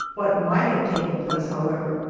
what might have taken place, however,